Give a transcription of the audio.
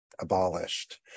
abolished